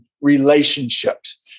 relationships